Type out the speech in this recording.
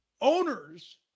owners